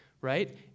right